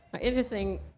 Interesting